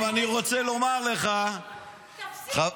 תפסיק להגיד לחברי כנסת